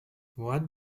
what